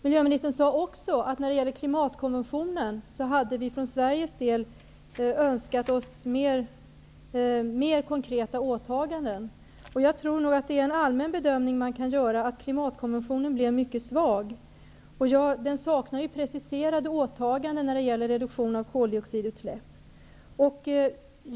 Miljöministern sade också att vi från Sverige när det gäller klimatkonventionen hade önskat oss mer konkreta åtaganden. Jag tror att en allmän bedömning som man kan göra är att klimatkonventionen blev mycket svag. Det saknas preciserade åtaganden när det gäller reduktion av koldioxidutsläpp.